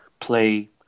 play